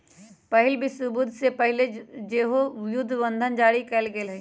पहिल विश्वयुद्ध से पहिले सेहो जुद्ध बंधन जारी कयल गेल हइ